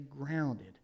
grounded